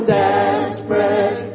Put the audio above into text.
desperate